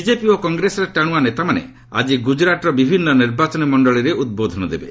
BJP ଓ କଂଗ୍ରେସର ଟାଣୁଆ ନେତାମାନେ ଆଜି ଗୁଜରାଟ୍ର ବିଭିନ୍ନ ନିର୍ବାଚନୀ ସଭାରେ ଉଦ୍ବୋଧନ ଦେବେ